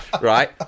right